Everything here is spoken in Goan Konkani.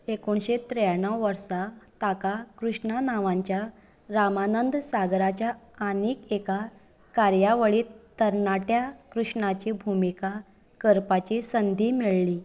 एकुणशें त्रेयाणव वर्सा ताका कृष्णा नांवाच्या रामानंद सागराच्या आनीक एका कार्यावळींत तरणाट्या कृष्णाची भुमिका करपाची संदी मेळ्ळीं